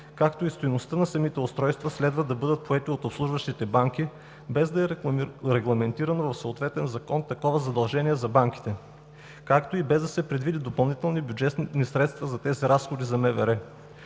както и стойността на самите устройства, следва да бъдат поети от обслужващите банки, без да е регламентирано в съответен закон такова задължение за банките, както и без да са предвидени допълнителни бюджетни средства за тези разходи за МВР.